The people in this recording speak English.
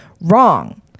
Wrong